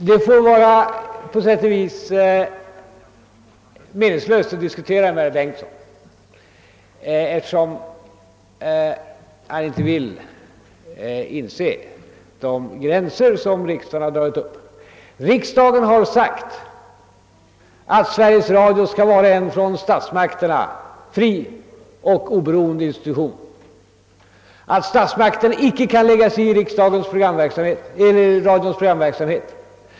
Herr talman! Det är på sätt och vis meningslöst att diskutera med herr Bengtson i Solna, eftersom han inte vill inse de gränser som riksdagen har dragit upp. Riksdagen har sagt att Sveriges Radio skall vara en från statsmakterna fri och oberoende institution och att statsmakterna icke kan lägga sig i radions programverksamhet.